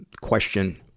question